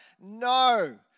No